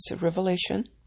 revelation